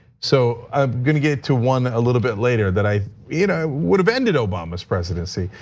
so i'm gonna get to one a little bit later that i you know would've ended obama's presidency.